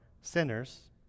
sinners